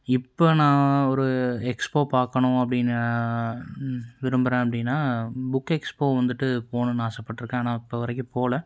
இப்போ நான் ஒரு எக்ஸ்போ பார்க்கணும் அப்படின்னு விரும்புகிறேன் அப்படின்னா புக் எக்ஸ்போ வந்துவிட்டு போகணுன்னு ஆசைப்பட்ருக்கேன் ஆனால் இப்போ வரைக்கும் போகல